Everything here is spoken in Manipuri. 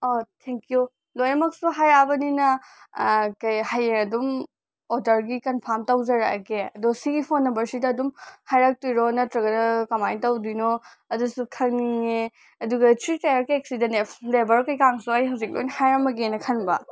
ꯊꯦꯡꯌꯨ ꯂꯣꯏꯅꯃꯛꯁꯨ ꯍꯥꯏꯔꯛꯑꯕꯅꯤꯅ ꯀꯩ ꯍꯌꯦꯡ ꯑꯗꯨꯝ ꯑꯣꯔꯗꯔꯒꯤ ꯀꯟꯐꯥꯝ ꯇꯧꯖꯔꯛꯑꯒꯦ ꯑꯗꯣ ꯁꯤꯒꯤ ꯐꯣꯟ ꯅꯝꯕꯔꯁꯤꯗ ꯑꯗꯨꯝ ꯍꯥꯏꯔꯛꯇꯣꯏꯔꯣ ꯅꯠꯇ꯭ꯔꯒꯅ ꯀꯃꯥꯏꯅ ꯇꯧꯗꯣꯏꯅꯣ ꯑꯗꯨꯁꯨ ꯈꯪꯅꯤꯡꯉꯦ ꯑꯗꯨꯒ ꯊ꯭ꯔꯤ ꯇꯌꯥꯔ ꯀꯦꯛꯁꯤꯗꯅꯦ ꯐ꯭ꯂꯦꯕꯔ ꯀꯩꯀꯥꯡꯁꯨ ꯑꯩ ꯍꯧꯖꯤꯛ ꯂꯣꯏꯅ ꯍꯥꯏꯔꯝꯃꯒꯦꯅ ꯈꯟꯕ